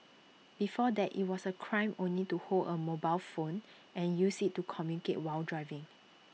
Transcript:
before that IT was A crime only to hold A mobile phone and use IT to communicate while driving